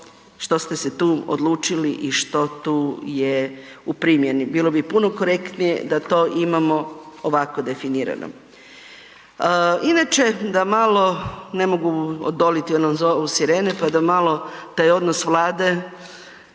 što ste se tu odlučili i što tu je u primjeni? Bilo bi puno korektnije da to imamo ovako definirano. Inače da malo ne mogu odoliti onom zovu sirene pa da malo taj odnos Vlade,